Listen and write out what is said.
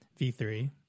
V3